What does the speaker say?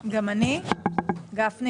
הערבית.